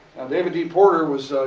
and david d. porter was,